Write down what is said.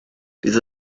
bydd